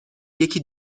یکی